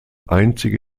einzige